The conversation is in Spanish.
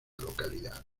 localidad